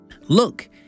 Look